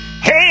Hey